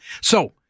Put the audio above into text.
So-